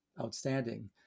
outstanding